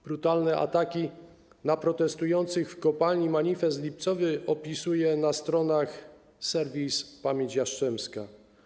Brutalne ataki na protestujących w kopalni Manifest Lipcowy opisuje na stronach serwis Pamięć Jastrzębska.